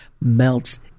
Melts